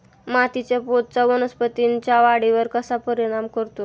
मातीच्या पोतचा वनस्पतींच्या वाढीवर कसा परिणाम करतो?